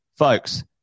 Folks